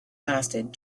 lasted